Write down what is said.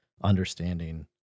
understanding